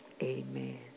Amen